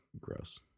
gross